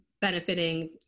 benefiting